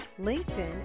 LinkedIn